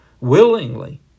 willingly